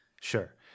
Sure